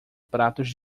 pratos